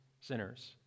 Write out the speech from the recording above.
sinners